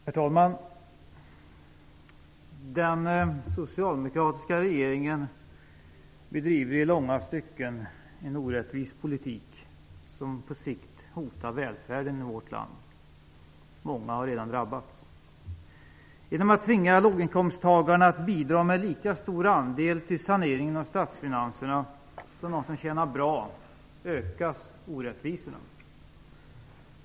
Herr talman! Den socialdemokratiska regeringen bedriver i långa stycken en orättvis politik, som på sikt hotar välfärden i vårt land. Många har redan drabbats. Genom att låginkomsttagarna tvingas att bidra med lika stor andel till saneringen av statsfinanserna som de som tjänar bra ökas orättvisorna.